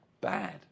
bad